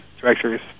directories